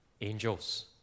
angels